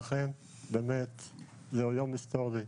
לכן זהו יום היסטורי.